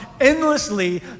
endlessly